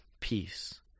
peace